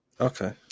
Okay